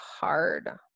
hard